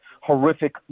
horrific